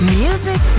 music